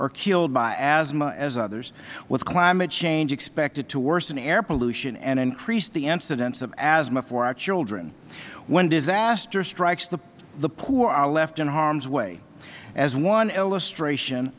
or killed by asthma as others with climate change expected to worsen air pollution and increase the incidence of asthma for our children when disaster strikes the poor are left in harm's way as one illustration